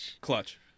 clutch